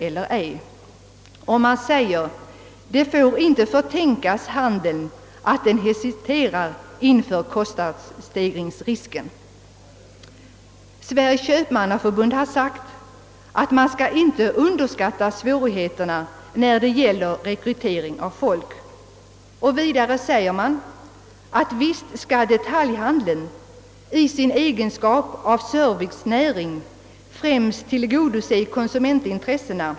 Man sade vidare: »Det får inte förtänkas handeln att den hesiterar inför kostnadsstegringsrisken.» Sveriges köpmannaförbund har uttalat att man inte skall underskatta svå righeterna när det gäller rekryteringen av folk. Vidare har man uttalat: »Visst skall detaljhandeln i sin egenskap av servicenäring främst tillgodose konsumentintressena.